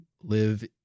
live